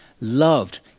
loved